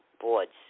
boards